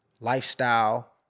lifestyle